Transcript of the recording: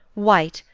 white,